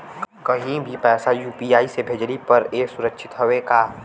कहि भी पैसा यू.पी.आई से भेजली पर ए सुरक्षित हवे का?